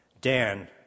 Dan